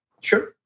Sure